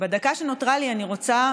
בדקה שנותרה לי אני רוצה